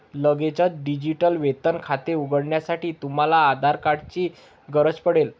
लगेचच डिजिटल वेतन खाते उघडण्यासाठी, तुम्हाला आधार कार्ड ची गरज पडेल